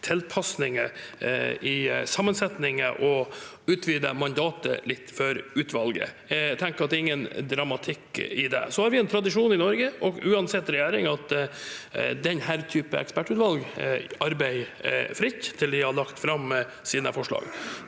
tilpasninger i sammensetningen og utvidet mandatet for utvalget noe. Jeg tenker at det er ingen dramatikk i det. Vi har en tradisjon i Norge, uansett regjering, for at denne typen ekspertutvalg arbeider fritt til de har lagt fram sine forslag.